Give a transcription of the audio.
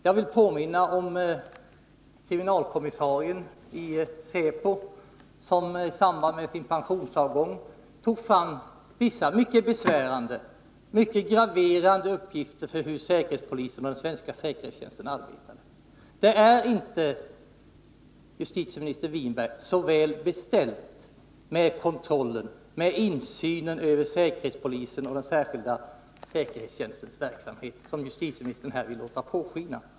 Jag kan också påminna om kriminalkommissarien i säpo som i samband med sin pensionering lämnade mycket graverande uppgifter om hur säkerhetspolisen och den svenska säkerhetstjänsten arbetar. Det är inte så väl beställt med kontrollen över och insynen i säkerhetspolisens och den särskilda säkerhetstjänstens arbete som justitieministern vill låta påskina.